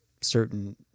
certain